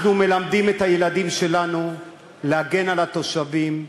אנחנו מלמדים את הילדים שלנו להגן על התושבים,